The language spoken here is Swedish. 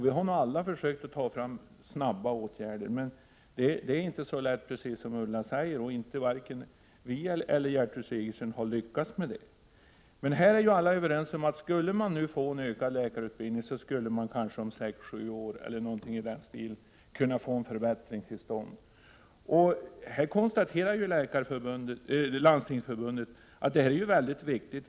Vi har nog alla försökt få till stånd snabba åtgärder. Men det är inte så lätt, precis som Ulla Orring säger. Varken vi eller Gertrud Sigurdsen har lyckats med det. Alla är överens om att om man skulle få en utökad läkarutbildning, kunde man om sex sju år kanske få en förbättring till stånd. Landstingsförbundet konstaterar att detta är väldigt viktigt.